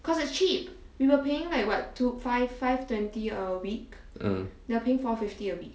uh